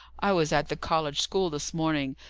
i was at the college school this morning,